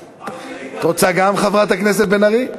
את רוצה גם, חברת הכנסת בן ארי?